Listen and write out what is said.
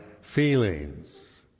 feelings